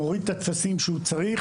מוריד את הטפסים שהוא צריך,